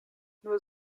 nur